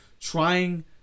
trying